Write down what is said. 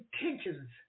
intentions